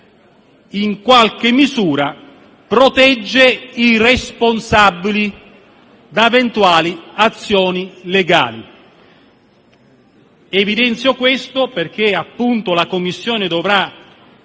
in qualche misura, protegge i responsabili da eventuali azioni legali. Evidenzio questo perché la Commissione dovrà